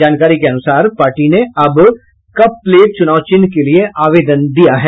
जानकारी के अनुसार पार्टी ने अब कप प्लेट चुनाव चिन्ह के लिये आवेदन किया है